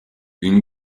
une